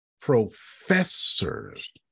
professors